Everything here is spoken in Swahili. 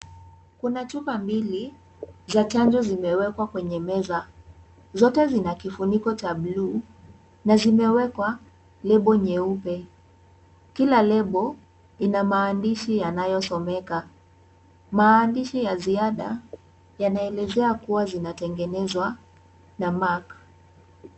Kuna chupa mbili za chanjo zimewekwa kwenye meza. Zote zina kifuniko cha blue na zimewekwa lebo nyeupe . Kila lebo ina maandishi yanayosomeka. Maandishi ya ziada yanaelezea kuwa zinatengenezwa na Mark.